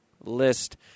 List